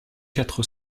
quatre